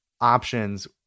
options